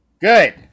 Good